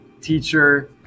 teacher